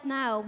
now